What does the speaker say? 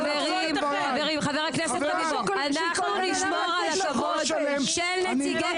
אנחנו נשמור על הכבוד של נציגי